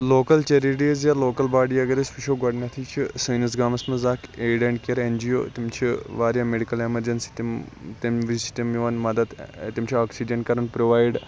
local charities یا local body اَگَر أسۍ وٕچھو گۄڈنیٚتھٕے چھِ سٲنِس گامَس مَنٛز اکھ aid and care N G O تِم چھِ واریاہ میٚڈِکَل ایٚمَرجَنسی تِم تمہِ وِز چھِ تِم میون مَدَد تِم چھِ آکسِجَن کَران پرووایِڑ